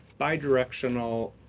bidirectional